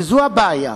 וזאת הבעיה.